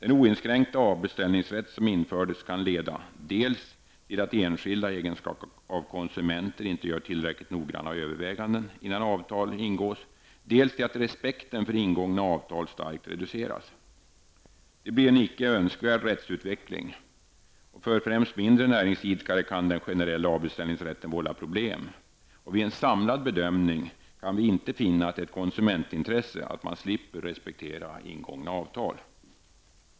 Den oinskränkta avbeställningsrätt som infördes kan leda dels till att enskilda i egenskap av konsumenter inte gör tillräckligt nogranna överväganden innan avtal ingås, dels till att respekten för ingångna avtal starkt reduceras. Det blir en icke önskvärd rättsutveckling. För främst mindre näringsidkare kan den generella avbeställningsrätten vålla problem. Vid en samlad bedömning kan vi inte finna att det är ett konsumentintresse att man slipper respektera ingångna avtal.